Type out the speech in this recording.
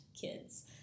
kids